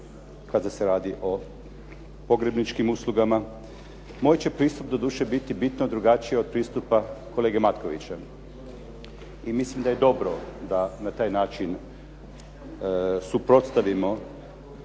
kada se radi o pogrebničkim uslugama. Moj će pristup doduše biti bitno drugačiji od pristupa kolege Matkovića i mislim da je dobro da na taj način suprotstavimo